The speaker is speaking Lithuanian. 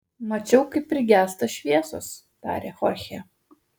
mačiau kaip prigęsta šviesos tarė chorchė